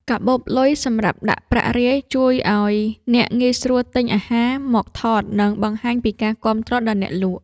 កាបូបលុយសម្រាប់ដាក់ប្រាក់រាយ ជួយឱ្យអ្នកងាយស្រួលទិញអាហារមកថត និងបង្ហាញពីការគាំទ្រដល់អ្នកលក់។